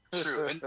True